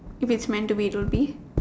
if it's meant to be it will be